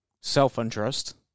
self-interest